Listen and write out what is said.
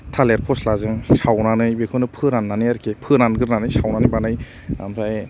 थालेर फस्लाजों सावनानै बेखौनो फोरान्नानै आरोखि फोरानग्रोनानै सावनानै बानायो ओमफ्राय